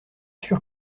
sûr